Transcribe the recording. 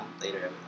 later